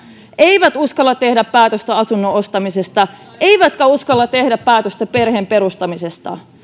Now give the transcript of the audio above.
eivät uskalla tehdä päätöstä asunnon ostamisesta eivätkä uskalla tehdä päätöstä perheen perustamisesta